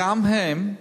גם הם,